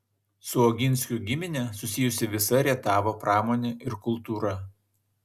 su oginskių gimine susijusi visa rietavo pramonė ir kultūra